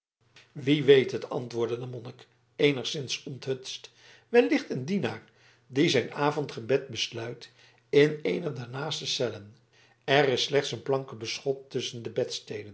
wie weet het antwoordde de monnik eenigszins onthutst wellicht een dienaar die zijn avondgebed besluit in eene der naaste cellen er is slechts een planken beschot tusschen de